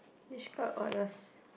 describe what is